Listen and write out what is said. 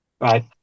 Right